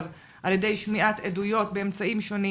על ידי שמיעת עדויות באמצעים שונים.